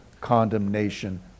condemnation